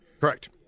Correct